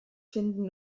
finden